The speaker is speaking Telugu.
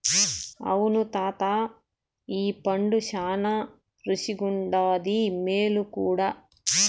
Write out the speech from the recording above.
అవును తాతా ఈ పండు శానా రుసిగుండాది, మేలు కూడా